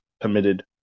permitted